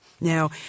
Now